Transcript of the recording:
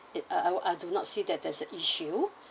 it I I do not see that there's an issue